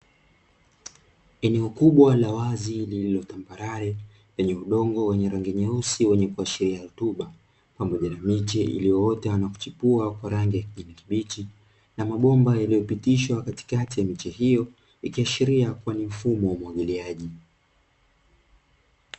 Eneo kubwa la wazi lililotambarare, lenye udongo wenye rangi nyeusi wenye kuashiria rutuba, pamoja na miche iliyoota na kuchipua kwa rangi ya kijani kibichi, na mabomba yaliyopitishwa katikati ya miche hiyo. Ikiashiria kuwa ni mfumo wa umwagiliaji.